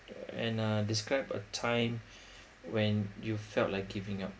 and uh describe a time when you felt like giving up